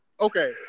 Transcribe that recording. okay